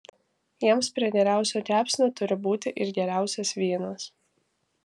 jiems prie geriausio kepsnio turi būti ir geriausias vynas